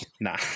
Nah